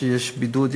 יש בידוד,